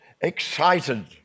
excited